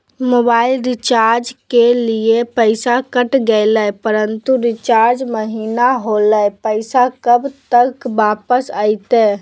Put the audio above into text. Mobile recharge के लिए पैसा कट गेलैय परंतु रिचार्ज महिना होलैय, पैसा कब तक वापस आयते?